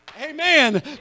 Amen